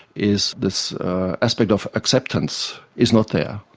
is this aspect of acceptance is not there,